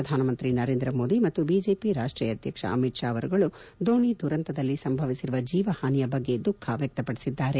ಪ್ರಧಾನ ಮಂತ್ರಿ ನರೇಂದ್ರಮೋದಿ ಮತ್ತು ಬಿಜೆಪಿ ರಾಷ್ಷೀಯ ಅಧ್ಯಕ್ಷ ಅಮಿತ್ ಶಾ ಅವರುಗಳು ದೋಣಿ ದುರಂತದಲ್ಲಿ ಸಂಭವಿಸಿರುವ ಜೀವಹಾನಿಯ ಬಗ್ಗೆ ದುಃಖ ವ್ಲಕ್ತಪಡಿಸಿದ್ದಾರೆ